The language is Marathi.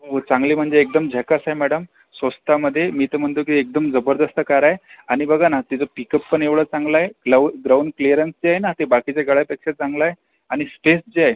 हो चांगली म्हणजे एकदम झकास आहे मॅडम स्वस्तामध्ये मी तर म्हणतो एकदम जबरदस्त कार आहे आणि बघा ना त्याचं पिकअप पण एवढं चांगलं आहे ग्राउ ग्राउंड क्लीअरन्स जे आहे ना ते बाकीच्या गाड्यांपेक्षा चांगला आहे आणि स्पेस जे आहे